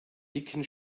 dicken